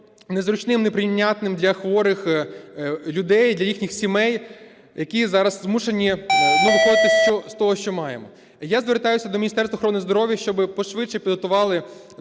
незручним, неприйнятним для хворих людей, для їх сімей, які зараз змушені, ну, виходити з того, що маємо. Я звертаюсь до Міністерства охорони здоров'я, щоб пошвидше підготували